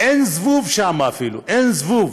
אין אפילו זבוב שם, זבוב,